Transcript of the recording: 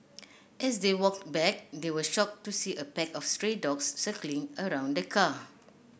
as they walked back they were shocked to see a pack of stray dogs circling around the car